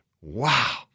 Wow